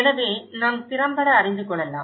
எனவே நாம் திறம்பட அறிந்து கொள்ளலாம்